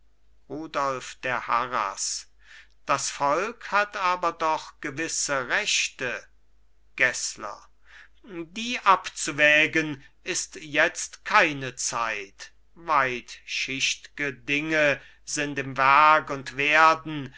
der harras das volk hat aber doch gewisse rechte gessler die abzuwägen ist jetzt keine zeit weitschicht'ge dinge sind am werk und werden